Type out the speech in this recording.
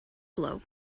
blow